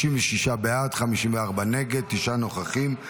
36 בעד, 54 נגד, תשעה נוכחים.